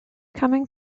coming